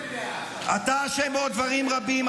אתה אשם בעוד דברים רבים.